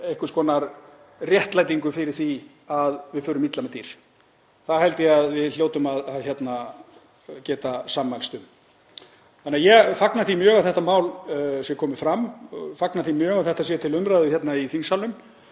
einhvers konar réttlætingu fyrir því að við förum illa með dýr. Það held ég að við hljótum að geta sammælst um. Ég fagna því mjög að þetta mál sé komið fram og að þetta sé til umræðu hérna